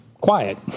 quiet